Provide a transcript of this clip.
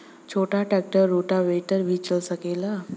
छोटा tractor rotavator भी चला सकेला?